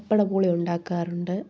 പപ്പട ബോളി ഉണ്ടാക്കാറുണ്ട്